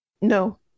No